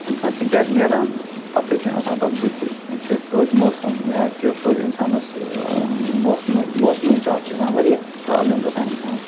اِنسان چھِ گَرِ نیران پَتہٕے چھِنہٕ آسان پَتہٕ بٕتھِ کیُتھ روزِ موسَم یا کیُتھ روزِ اِنسانَس موسم موسمہٕ حِساب چھِ آسان واریاہ پرٛابلم گَژھان اِنسانَس